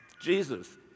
Jesus